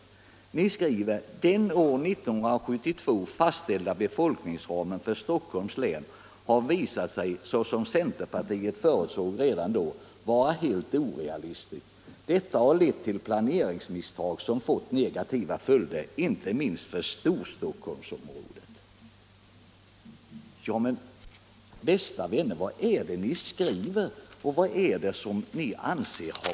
Det står i reservationen: ”Den år 1972 fastställda befolkningsramen för Stockholms län har visat sig, såsom centerpartiet förutsåg redan då, vara helt orealistisk. Detta har lett till planeringsmisstag som fått negativa följder inte minst för Storstockholmsområdet.” Men, bästa vänner, vad är det ni skriver?